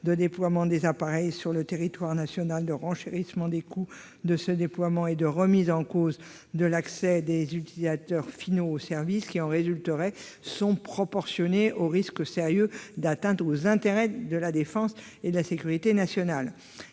du déploiement des appareils sur le territoire national, le renchérissement des coûts de ce déploiement et la remise en cause de l'accès des utilisateurs finaux au service qui en résulterait sont proportionnés aux risques sérieux d'atteinte aux intérêts de la défense et de la sécurité nationales.